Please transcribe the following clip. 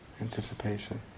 anticipation